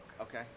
Okay